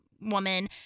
woman